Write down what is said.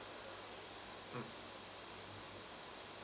mm